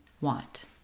want